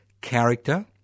character